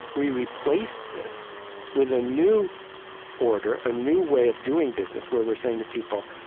we replaced this with a new order, a new way of doing business, where we're saying to people,